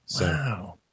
Wow